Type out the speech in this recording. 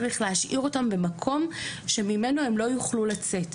צריך להשאיר אותם במקום שממנו הם לא יוכלו לצאת.